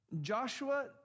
Joshua